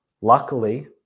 luckily